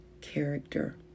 character